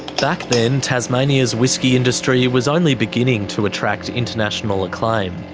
back then, tasmania's whisky industry was only beginning to attract international acclaim.